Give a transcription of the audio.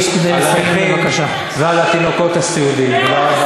יש שר אוצר שמגן,